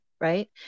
right